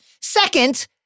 Second